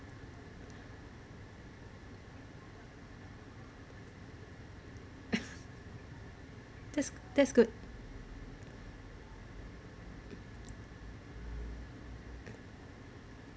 that's that's good